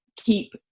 keep